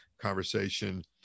conversation